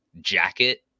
jacket